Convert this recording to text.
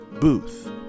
Booth